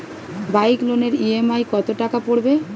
Bike লোনের EMI কত টাকা পড়বে?